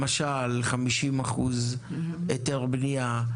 למשל, 50% היתר בנייה?